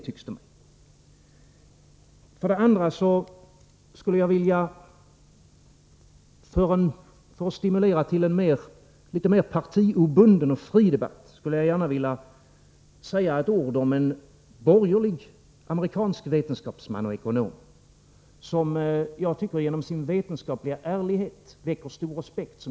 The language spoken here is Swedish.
Vidare, för att stimulera till en litet mera partiobunden och fri debatt, skulle jag gärna vilja säga ett ord om en borgerlig amerikansk vetenskapsman och ekonom som jag tycker genom sin vetenskapliga ärlighet väcker stor respekt.